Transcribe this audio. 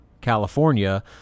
California